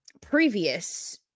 previous